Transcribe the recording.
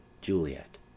Juliet